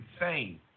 insane